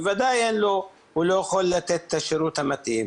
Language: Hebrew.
בוודאי הוא לא יכול לתת את השירות המתאים.